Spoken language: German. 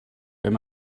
wenn